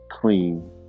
clean